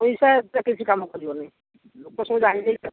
ପଇସା ଏଥିରେ କିଛି କାମ କରିବନି ଲୋକ ସବୁ ଜାଣି ଯାଇଛନ୍ତି